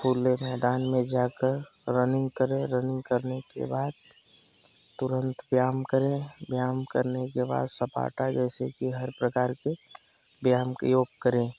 खुले मैदान में जाकर रनिंग करें रनिंग करने के बाद तुरंत व्यायाम करें व्यायाम करने के बाद सपाटा जैसे कि हर प्रकार के व्यायाम कि योग करें